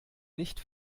nicht